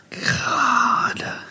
God